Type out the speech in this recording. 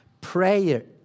Prayer